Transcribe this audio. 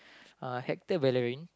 uh Hector-Bellerin